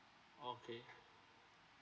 okay